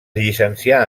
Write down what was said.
llicencià